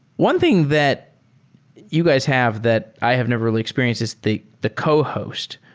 one thing that you guys have that i have never really experienced is the the cohost.